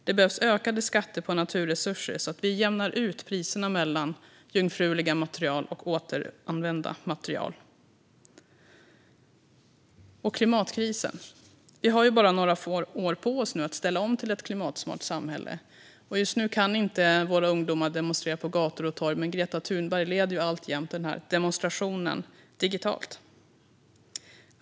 Det behövs ökade skatter på naturresurser, så att vi jämnar ut priserna mellan jungfruliga material och återanvända material. Så har vi klimatkrisen. Vi har nu bara några få år på oss att ställa om till ett klimatsmart samhälle, och just nu kan våra ungdomar inte demonstrera på gator och torg, men Greta Thunberg leder alltjämt demonstrationen digitalt.